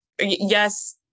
Yes